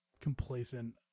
complacent